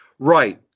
Right